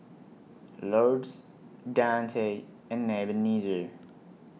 Lourdes Dante and Ebenezer